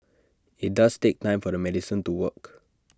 IT does take time for the medicine to work